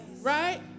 Right